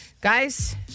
Guys